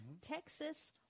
Texas